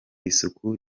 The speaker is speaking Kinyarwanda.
isuku